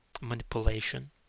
manipulation